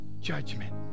judgment